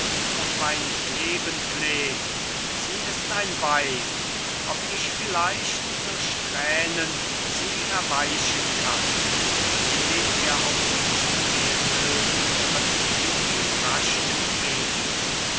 um mein leben flehn sie ist ein weib ob ich vielleicht durch tränen sie erweichen kann indem er auf sie zugehen will tritt sie ihm rasch entgegen